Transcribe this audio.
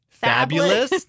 fabulous